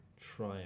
try